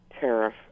tariff